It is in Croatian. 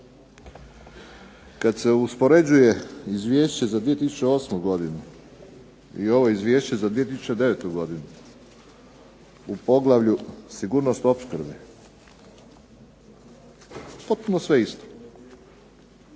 Kada se uspoređuje Izvješće za 2008. godinu i ovo za 2009. godinu, u poglavlju sigurnost opskrbe, potpuno sve isto,